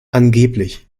angeblich